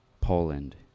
poland